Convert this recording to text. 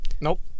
nope